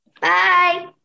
bye